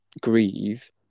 grieve